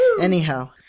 Anyhow